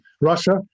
Russia